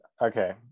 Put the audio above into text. Okay